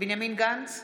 בנימין גנץ,